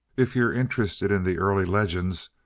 if you're interested in the early legends,